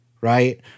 right